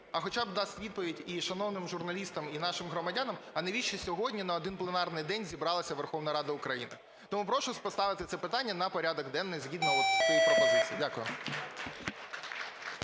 а хоча б дасть відповідь і шановним журналістам, і нашим громадянам – а навіщо сьогодні на один пленарний день зібралася Верховна Рада України. Тому прошу поставити це питання на порядок денний згідно цієї пропозиції. Дякую.